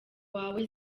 wawe